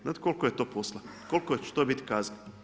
Znate koliko je to posla, koliko će to biti kazni.